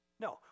No